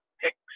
picks